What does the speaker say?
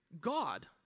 God